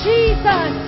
Jesus